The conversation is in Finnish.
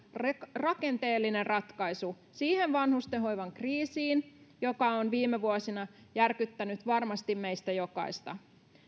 rakenteellinen ratkaisu siihen vanhustenhoivan kriisiin joka on viime vuosina järkyttänyt varmasti meistä jokaista